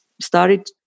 started